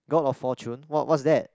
god of fortune what what's that